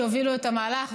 שהובילו את המהלך,